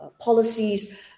policies